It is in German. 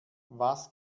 was